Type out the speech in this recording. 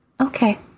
Okay